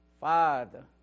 Father